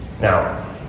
Now